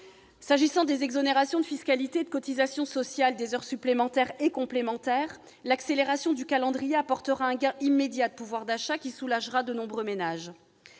concerne les exonérations de fiscalité et de cotisations sociales des heures supplémentaires et complémentaires, l'accélération du calendrier apportera un gain immédiat de pouvoir d'achat, qui soulagera de nombreux ménages.